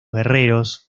guerreros